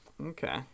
okay